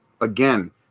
again